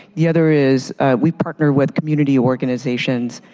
the other is we partner with community organizations,